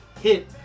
hit